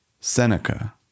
Seneca